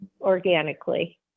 organically